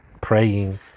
praying